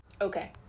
Okay